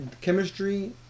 chemistry